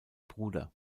bruder